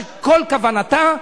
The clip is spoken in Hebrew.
שכל כוונתה,